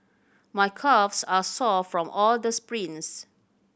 my calves are sore from all the sprints